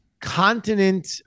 continent